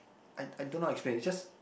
I I don't know actually it's just